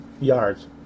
yards